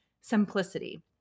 simplicity